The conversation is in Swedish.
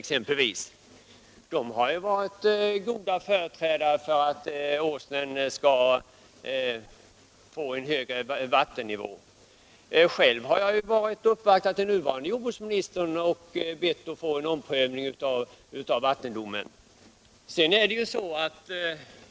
De har varit goda företrädare när det gällt att försöka åstadkomma en högre vattennivå i sjön. Själv har jag uppvaktat den nuvarande jordbruksministern och bett om en omprövning av vattendomen.